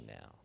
now